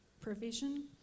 Provision